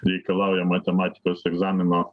reikalauja matematikos egzamino